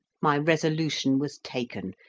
my resolution was taken.